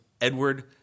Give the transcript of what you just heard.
Edward